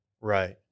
Right